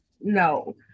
no